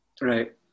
Right